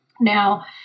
Now